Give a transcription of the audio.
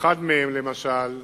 אחד מהם, למשל,